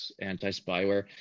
anti-spyware